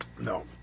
No